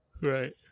right